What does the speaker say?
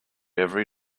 every